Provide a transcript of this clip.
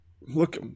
Look